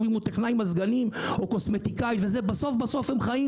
אם הוא טכנאי מזגנים או קוסמטיקאי - בסוף הם חיים